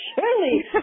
surely